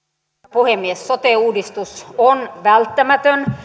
puhemies sote uudistus on välttämätön